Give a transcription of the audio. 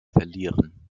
verlieren